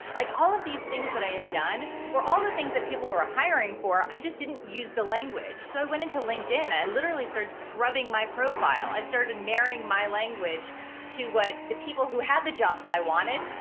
like all of these things that i had done were all the things that people were hiring for, i just didn't use the language. so i went into linkedin and i literally started scrubbing my profile. i started and marrying my language to what the people who had the jobs i wanted,